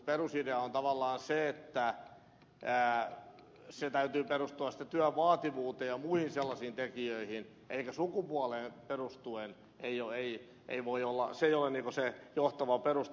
perusidea on tavallaan se että sen täytyy sitten perustua työn vaativuuteen ja muihin sellaisiin tekijöihin eikä sukupuoleen perustuen ei oo ei sukupuoli voi olla johtava peruste